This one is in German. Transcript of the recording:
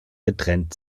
getrennt